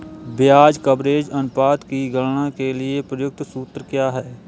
ब्याज कवरेज अनुपात की गणना के लिए प्रयुक्त सूत्र क्या है?